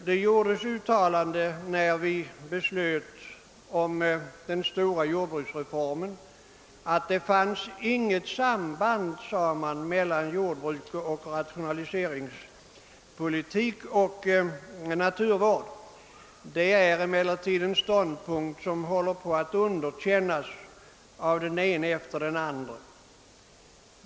När vi fattade beslutet om den stora jordbruksreformen sades att det inte fanns något samband mellan jordbruksrationaliseringen och naturvården. Den ståndpunkten underkänns emellertid nu av den ena efter den andra.